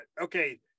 okay